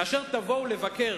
כאשר תבואו לבקר